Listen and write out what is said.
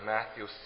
Matthew